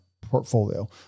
portfolio